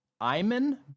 Iman